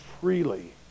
freely